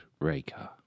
Raker